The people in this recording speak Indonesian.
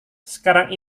sekarang